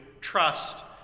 trust